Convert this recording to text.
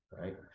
right